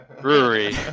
brewery